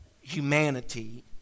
humanity